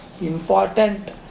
important